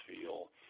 feel